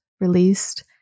released